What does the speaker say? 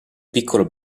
piccolo